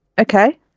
Okay